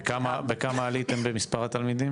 וכמה עליתם במספר התלמידים?